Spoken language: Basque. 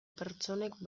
pertsonek